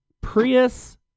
Prius